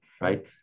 right